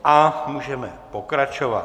A můžeme pokračovat.